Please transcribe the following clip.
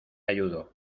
ayudo